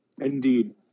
Indeed